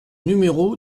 numéro